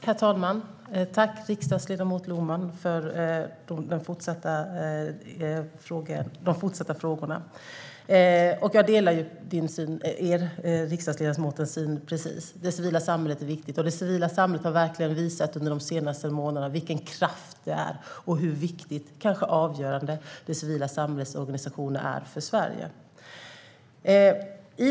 Herr talman! Jag tackar riksdagsledamot Lohman för frågorna. Jag delar ledamotens syn. Det civila samhället är viktigt. Det civila samhället har under de senaste månaderna verkligen visat vilken kraft det är och hur viktiga, kanske avgörande, dess organisationer är för Sverige.